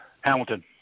Hamilton